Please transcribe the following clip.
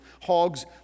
hogs